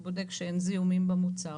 והוא בודק שאין זיהומים במוצר,